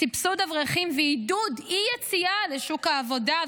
סבסוד אברכים ועידוד אי-יציאה לשוק העבודה,